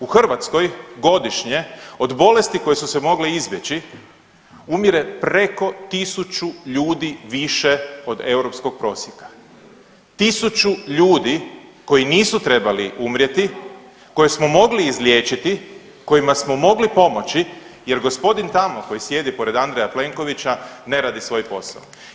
U Hrvatskoj godišnje od bolesti koje su se mogle izbjeći umire preko 1.000 ljudi više od europskog prosjeka, 1.000 ljudi koji nisu trebali umrijeti koje smo mogli izliječiti, kojima smo mogli pomoći jer gospodin tamo koji sjedi pored Andreja Plenkovića ne radi svoj posao.